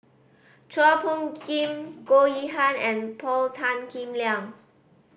Chua Phung Kim Goh Yihan and Paul Tan Kim Liang